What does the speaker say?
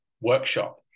workshop